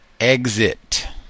exit